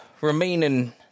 remaining